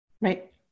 Right